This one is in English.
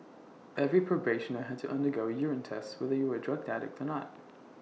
every probationer had to undergo A urine test whether you were A drug addict or not